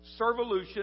Servolution